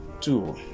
two